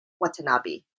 Watanabe